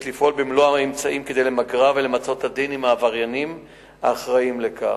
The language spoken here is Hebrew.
לפעול במלוא האמצעים כדי למגרה ולמצות את הדין עם העבריינים האחראים לכך.